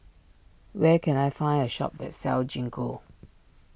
where can I find a shop that sells Gingko